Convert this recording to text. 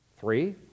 Three